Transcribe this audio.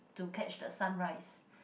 to catch the sunrise